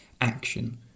action